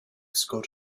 scott